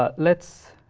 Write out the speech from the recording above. ah let's